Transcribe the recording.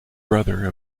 brother